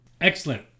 Excellent